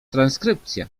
transkrypcja